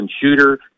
shooter